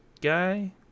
guy